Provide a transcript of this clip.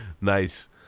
Nice